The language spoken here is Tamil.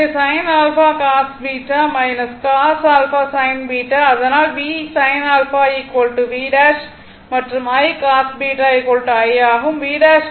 எனவே sin α cos β cos α sin β அதனால் V sin α V ' மற்றும் I cos β I ஆகும்